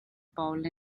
paul